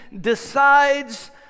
decides